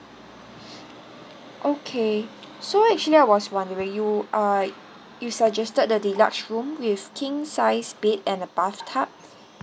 okay so actually I was wondering you uh you suggested the deluxe room with king size bed and a bathtub